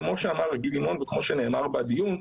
כמו שאמר גיל לימון וכמו שנאמר בדיון,